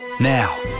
Now